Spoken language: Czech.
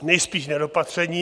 Nejspíš nedopatřením.